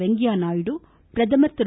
வெங்கைய்யா நாயுடு பிரதமர் திரு